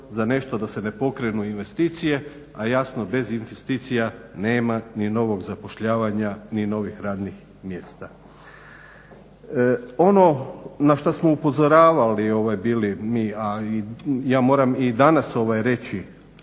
za nešto da se ne pokrenu investicije, a jasno bez investicija nema ni novog zapošljavanja ni novih radnih mjesta. Ono na što smo upozoravali bili mi a ja moram i danas reći